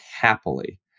happily